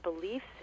beliefs